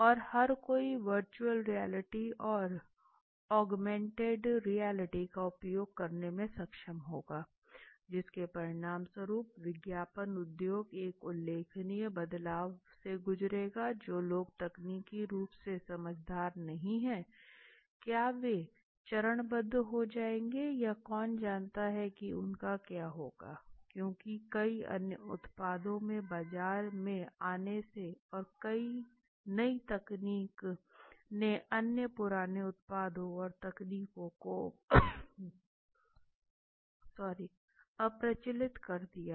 और हर कोई वर्चुअल रिअलिटी और ऑगमेंटेड रियलिटी का उपयोग करने में सक्षम होगा जिसके परिणामस्वरूप विज्ञापन उद्योग एक उल्लेखनीय बदलाव से गुजरेगा जो लोग तकनीकी रूप से समझदार नहीं हैं क्या वे चरणबद्ध हो जाएंगे या कौन जानता है कि उनका क्या होगा क्योंकि कई नए उत्पादों के बाजार में आने से और नई तकनीक ने अन्य पुराने उत्पादों और तकनीकों को अप्रचलित कर दिया है